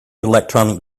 electronic